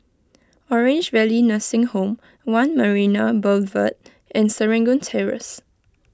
Orange Valley Nursing Home one Marina Boulevard and Serangoon Terrace